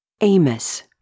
Amos